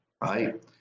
right